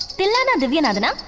dhillaana divyanathan! ah